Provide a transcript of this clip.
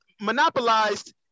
monopolized